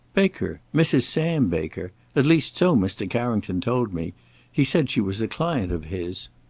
baker mrs. sam baker at least so mr. carrington told me he said she was a client of his.